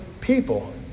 people